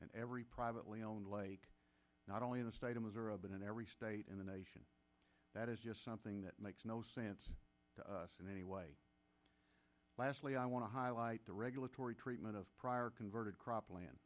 and every privately owned lake not only in the state of missouri but in every state in the nation that is something that makes no sense to us in any way lastly i want to highlight the regulatory treatment of prior converted cropland